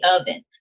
oven